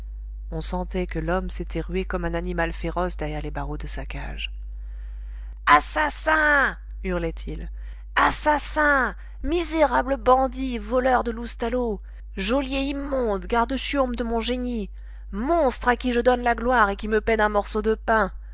on sentait que l'homme s'était rué comme un animal féroce derrière les barreaux de sa cage assassins hurlait il assassins misérables bandits voleur de loustalot geôlier immonde garde chiourme de mon génie monstre à qui je donne la gloire et qui me paie d'un morceau de pain